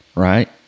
Right